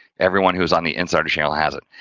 everyone who's on the insider channel, has it.